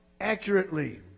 accurately